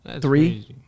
Three